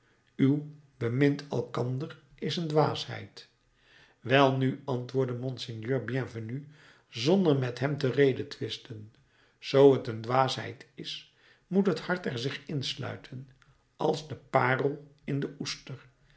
uw bemint elkander is een dwaasheid welnu antwoordde monseigneur bienvenu zonder met hem te redetwisten zoo het een dwaasheid is moet het hart er zich insluiten als de parel in de oester